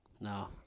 No